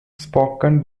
spoken